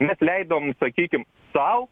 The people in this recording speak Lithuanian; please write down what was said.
net leidom sakykim sau